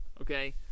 okay